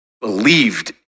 believed